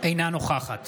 אינה נוכחת